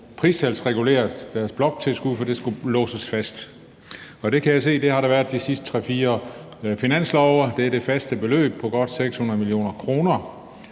pristalsreguleret deres bloktilskud, fordi det skulle låses fast. Og det kan jeg se at det har været i forbindelse med de sidste tre-fire finanslove, og det er det faste beløb på godt 600 mio. kr.,